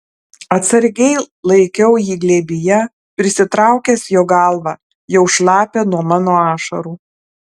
atsargiai laikiau jį glėbyje prisitraukęs jo galvą jau šlapią nuo mano ašarų